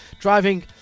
driving